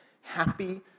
Happy